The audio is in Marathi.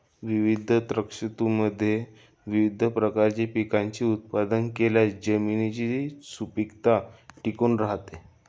विविध ऋतूंमध्ये विविध प्रकारच्या पिकांचे उत्पादन केल्यास जमिनीची सुपीकता टिकून राहते